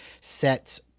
Set's